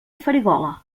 farigola